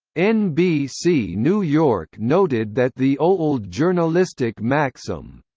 nbc new york noted that the old journalistic maxim,